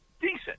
decent